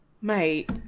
mate